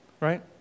right